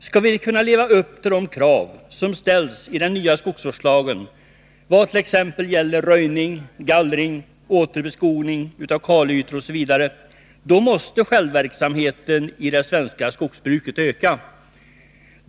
Skall vi kunna leva upp till de krav som ställs i den nya skogsvårdslagen t.ex. vad gäller röjning, gallring, återbeskogning av kalytor osv., måste självverksamheten i det svenska skogsbruket öka.